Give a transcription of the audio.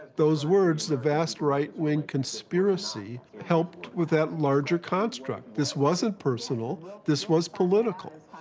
those words, the vast right-wing conspiracy, helped with that larger construct. this wasn't personal this was political.